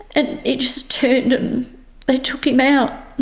and he just turned and they took him out.